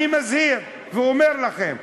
אני מזהיר ואומר לכם: